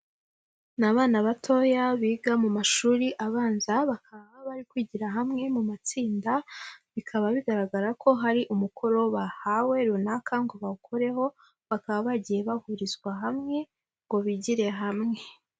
Ni abana batoya biga mu mashuri abanza, bakaba baba bari kwigira hamwe mu matsinda, bikaba bigaragara ko hari umukoro bahawe runaka ngo bawukorereho, bakaba bagiye bahurizwa hamwe, ngo bigire hamwe.